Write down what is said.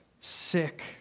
sick